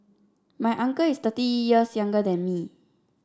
my uncle is thirty years younger than me